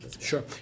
Sure